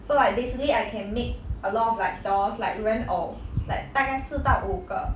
so like basically I can make a lot of like dolls like 人偶 like 大概四到五个